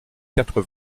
quatre